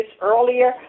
earlier